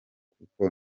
kuko